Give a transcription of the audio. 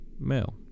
male